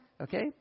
Okay